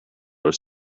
are